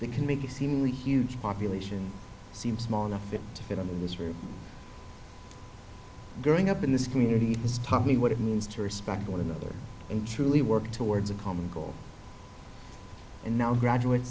that can make the seemingly huge population seem small enough to fit in this room growing up in this community has taught me what it means to respect one another and truly work towards a common goal and now graduate